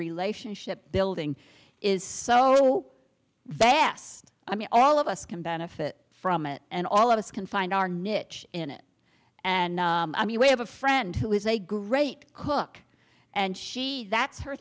relationship building is so vast i mean all of us can benefit from it and all of us can find our niche in it and i mean we have a friend who is a great cook and she that's her